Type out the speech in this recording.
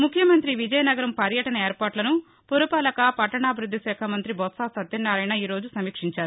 ముఖ్యమంత్రి విజయనగరం పర్యటన ఏర్పాట్లను పురపాలక పట్టణాభివృద్ధిశాఖ మంత్రి బొత్సా సత్యన్నారాయణ ఈ రోజు సమీక్షించారు